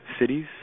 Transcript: cities